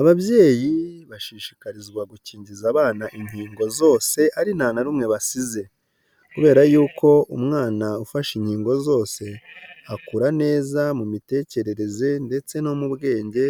Ababyeyi bashishikarizwa gukingiza abana inkingo zose ari nta na rumwe basize, kubera yuko umwana ufashe inkingo zose akura neza mu mitekerereze ndetse no mu bwenge